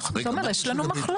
אז תומר, יש לנו מחלוקת.